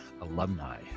alumni